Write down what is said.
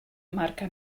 marca